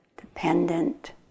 dependent